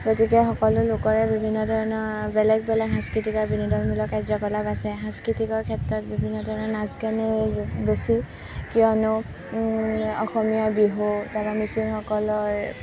গতিকে সকলো লোকৰে বিভিন্ন ধৰণৰ বেলেগ বেলেগ সাংস্কৃতিক আৰু বিনোদনমূলক কাৰ্যকলাপ আছে সাংস্কৃতিকৰ ক্ষেত্ৰত বিভিন্ন ধৰণৰ নাচ গানেই বেছি কিয়নো অসমীয়াৰ বিহু তাৰপিছৰ মিচিংসকলৰ